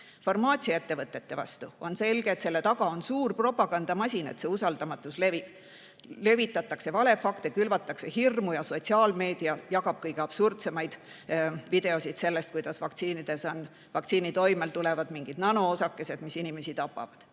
farmaatsiaettevõtete vastu levib. On selge, et selle taga on suur propagandamasin, levitatakse valefakte, külvatakse hirmu ja sotsiaalmeedia jagab kõige absurdsemaid videosid sellest, kuidas vaktsiin toob kaasa mingid nanoosakesed, mis inimesi tapavad.